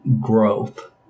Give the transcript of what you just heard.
growth